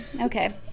Okay